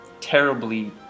terribly